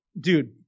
dude